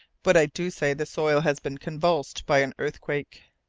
but i do say the soil has been convulsed by an earthquake.